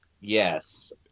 Yes